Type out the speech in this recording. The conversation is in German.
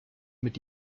mit